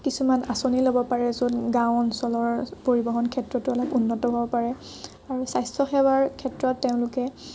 কিছুমান আঁচনি ল'ব পাৰে য'ত গাঁও অঞ্চলৰ পৰিবহণ ক্ষেত্ৰতো অলপ উন্নত হ'ব পাৰে আৰু স্বাস্থ্যসেৱাৰ ক্ষেত্ৰত তেওঁলোকে